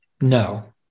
no